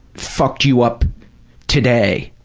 fucked you up today.